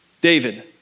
David